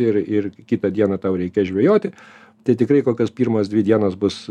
ir ir kitą dieną tau reikia žvejoti tai tikrai kokios pirmos dvi dienas bus